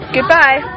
Goodbye